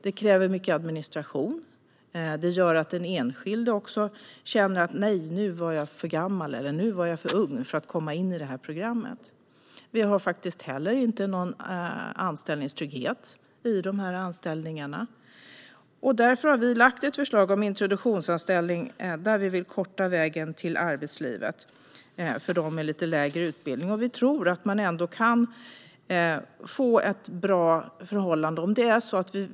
Det kräver mycket administration. Det gör att den enskilde kan känna att man plötsligt är för gammal eller för ung för att komma in i ett visst program. Det finns inte heller någon anställningstrygghet i dessa anställningar. Därför har vi lagt fram ett förslag om introduktionsanställning, där vi vill korta vägen till arbetslivet för dem med lite lägre utbildning. Vi tror att man ändå kan få ett bra förhållande i detta.